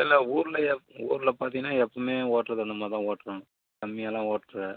இல்லை இல்லை ஊரில் எப் ஊரில் பார்த்தீங்கன்னா எப்பையுமே ஓட்டுறது அந்தமாதிரிதான் ஓட்டுறோம் கம்மியாகதான் ஓட்டுறேன்